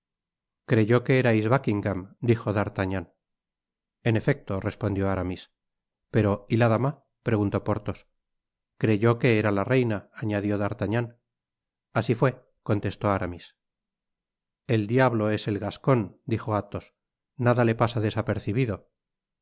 creyó que erais buckingam dijo d'artagnan en efecto respondió aramis pero y la dama preguntó porthos creyó que era la reina añadió d'artagnan asi fué contestó aramis el diablo es el gascon dijo athos nada le pasa desapercibido el